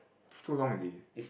it's too long already